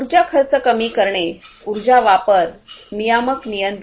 उर्जा खर्च कमी करणे उर्जा वापर नियामक नियंत्रण